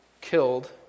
killed